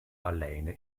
alleine